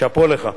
שאפּוֹ לך.